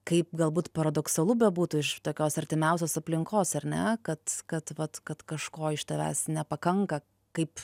kaip galbūt paradoksalu bebūtų iš tokios artimiausios aplinkos ar ne kad kad vat kad kažko iš tavęs nepakanka kaip